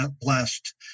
blessed